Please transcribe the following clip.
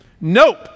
Nope